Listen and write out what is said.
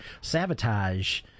Sabotage